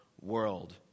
world